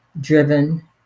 driven